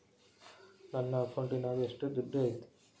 ನನ್ನ ಅಕೌಂಟಿನಾಗ ಎಷ್ಟು ದುಡ್ಡು ಐತಿ?